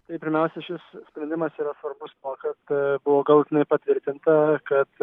tai pirmiausia šis sprendimas yra svarbus tuo kad buvo galutinai patvirtinta kad